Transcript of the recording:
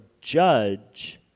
judge